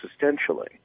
existentially